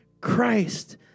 Christ